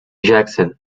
jackson